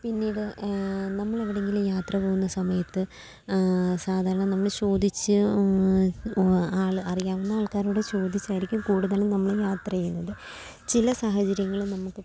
പിന്നീട് നമ്മൾ എവിടെയെങ്കിലും യാത്ര പോകുന്ന സമയത്ത് സാധാരണ നമ്മൽ ചോദിച്ച് ആൾ അറിയാവുന്ന ആൾക്കാരോട് ചോദിച്ചായിരിക്കും കൂടുതൽ നമ്മൾ യാത്ര ചെയ്യുന്നത് ചില സാഹചര്യങ്ങൾ നമുക്കിപ്പം